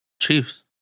Chiefs